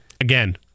Again